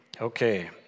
Okay